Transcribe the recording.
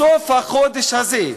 בסוף החודש הזה,